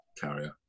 carrier